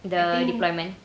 the deployment